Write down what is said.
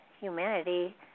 humanity